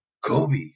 Kobe